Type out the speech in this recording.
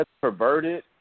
perverted